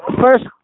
first